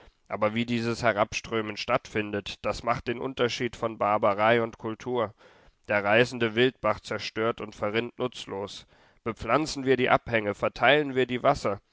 aber wie dieses herabströmen stattfindet das macht den unterschied von barbarei und kultur der reißende wildbach zerstört und verrinnt nutzlos bepflanzen wir die abhänge verteilen wir die wasser